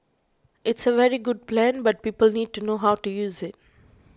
it's a very good plan but people need to know how to use it